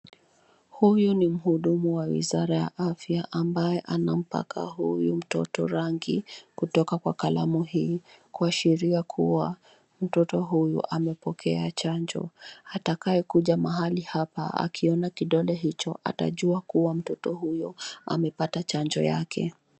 Huyu ni mhudumu wa wizara ya afya ambaye anampaka mtoto huyu rangi kutoka kwa kalamu hii, kuashiria kuwa mtoto huyu amepokea chanjo. Atakayekuja mahali hapa akiona kidole hicho atajua kuwa mtoto huyo amepata chanjo yake.